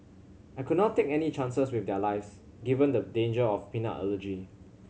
I could not take any chances with their lives given the danger of peanut allergy